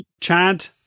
Chad